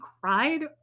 cried